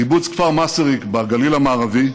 קיבוץ כפר מסריק בגליל המערבי,